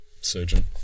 surgeon